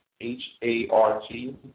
H-A-R-T